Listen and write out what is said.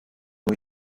ont